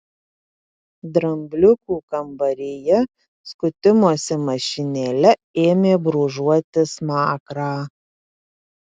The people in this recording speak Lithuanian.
drambliukų kambaryje skutimosi mašinėle ėmė brūžuoti smakrą